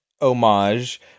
homage